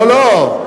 לא לא,